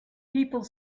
people